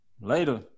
Later